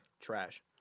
Trash